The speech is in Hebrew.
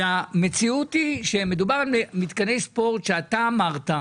והמציאות היא שמדובר על מתקני ספורט שאתה אמרת,